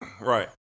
Right